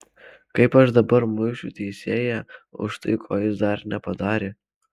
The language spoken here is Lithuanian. kaip aš dabar mušiu teisėją už tai ko jis dar nepadarė